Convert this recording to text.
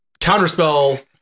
Counterspell